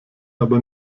aber